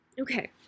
Okay